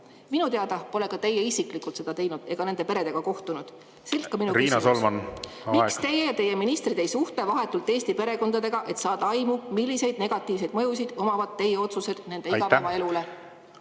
Minu teada pole ka teie isiklikult seda teinud ega nende peredega kohtunud. Siit ka minu küsimus. Miks teie ja teie ministrid ei suhte vahetult Eesti perekondadega, et saada aimu, milliseid negatiivseid mõjusid omavad teie otsused nende igapäevaelule?